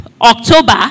October